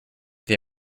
they